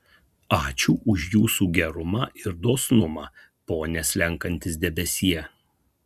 ačiū už jūsų gerumą ir dosnumą pone slenkantis debesie